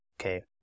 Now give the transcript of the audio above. Okay